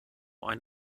ein